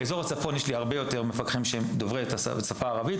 באזור הצפון יש לי הרבה יותר מפקחים שהם דוברי השפה הערבית